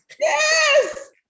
Yes